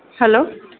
hello